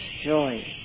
joy